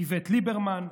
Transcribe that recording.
איווט ליברמן?